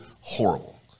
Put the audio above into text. horrible